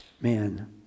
man